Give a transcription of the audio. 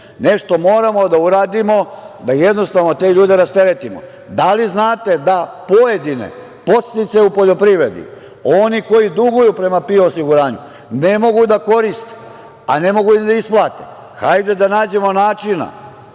Nešto moramo da uradimo da jednostavno te ljude rasteretimo. Da li znate da pojedine podsticaje u poljoprivredi oni koji duguju prema PIO osiguranju ne mogu da koriste, a ne mogu ni da isplate. Hajde da nađemo načina